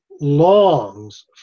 longs